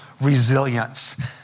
resilience